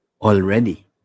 already